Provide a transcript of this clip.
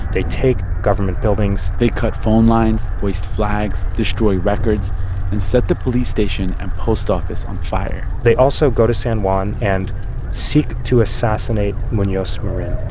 they take government buildings they cut phone lines, waste flags, destroy records and set the police station and post office on fire they also go to san juan and seek to assassinate munoz marin.